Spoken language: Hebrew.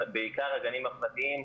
בעיקר הגנים הפרטיים,